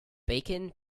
bacon